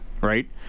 right